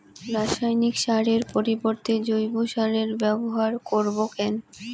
রাসায়নিক সারের পরিবর্তে জৈব সারের ব্যবহার করব কেন?